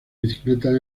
bicicletas